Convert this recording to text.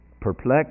perplexed